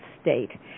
state